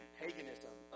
paganism